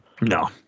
No